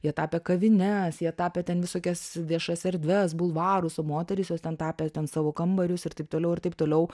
jie tapė kavines jie tapė ten visokias viešas erdves bulvarus o moterys jos ten tapė ten savo kambarius ir taip toliau ir taip toliau